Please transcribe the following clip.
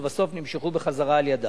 ולבסוף נמשכו בחזרה על-ידה.